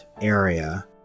area